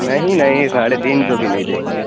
نہیں نہیں ساڑھے تین سو بھی نہیں دیں گے